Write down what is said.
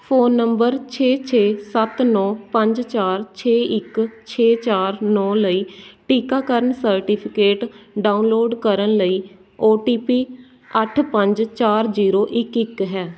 phone number ਛੇ ਛੇ ਸੱਤ ਨੌ ਪੰਜ ਚਾਰ ਛੇ ਇੱਕ ਛੇ ਚਾਰ ਨੌ ਲਈ ਟੀਕਾਕਰਨ ਸਰਟੀਫਿਕੇਟ ਡਾਊਨਲੋਡ ਕਰਨ ਲਈ ਓ ਟੀ ਪੀ ਅੱਠ ਪੰਜ ਚਾਰ ਜੀਰੋ ਇੱਕ ਇੱਕ ਹੈ